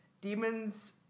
Demons